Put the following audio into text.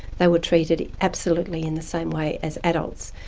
they were treated absolutely in the same way as adults.